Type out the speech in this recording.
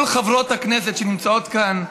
כל חברות הכנסת שנמצאות כאן,